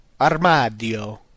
armadio